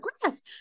grass